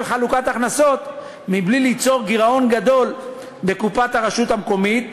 חלוקה של הכנסות בלי ליצור גירעון בקופת הרשות המקומית.